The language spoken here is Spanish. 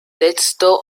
texto